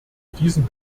diesen